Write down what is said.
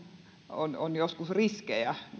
on on joskus riskejä